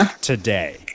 today